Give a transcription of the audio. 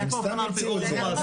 הם סתם המציאו את זה.